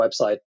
website